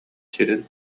сирин